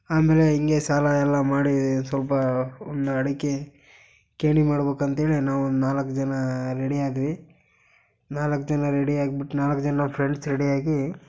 ಆಮೇಲೆ ಹಿಂಗೇ ಸಾಲ ಎಲ್ಲ ಮಾಡಿ ಸ್ವಲ್ಪ ಒಂದು ಅಡಿಕೆ ಗೇಣಿ ಮಾಡ್ಬಕಂತೇಳಿ ನಾವು ಒಂದು ನಾಲ್ಕು ಜನ ರೆಡಿಯಾದ್ವಿ ನಾಲ್ಕು ಜನ ರೆಡಿಯಾಗ್ಬಿಟ್ಟು ನಾಲ್ಕು ಜನ ಫ್ರೆಂಡ್ಸ್ ರಡಿಯಾಗಿ